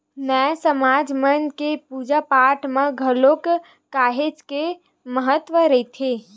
नाई समाज मन के पूजा पाठ म घलो काहेच के महत्ता रहिथे